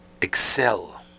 excel